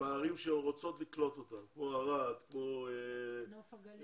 בערים שרצות לקלוט אותם - כמו ערד וכמו נוף הגליל